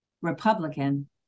Republican